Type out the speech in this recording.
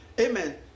amen